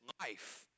life